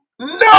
No